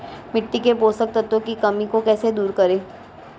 मिट्टी के पोषक तत्वों की कमी को कैसे दूर करें?